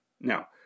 Now